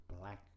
black